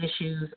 issues